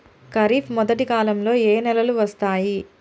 ఖరీఫ్ మొదటి కాలంలో ఏ నెలలు వస్తాయి?